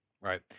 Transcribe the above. right